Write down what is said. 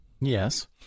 Yes